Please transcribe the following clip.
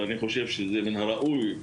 ואני חושב שזה מן הראוי,